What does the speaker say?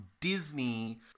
disney